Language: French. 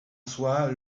soit